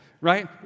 right